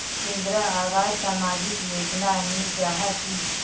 इंदरावास सामाजिक योजना नी जाहा की?